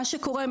מה שקורה,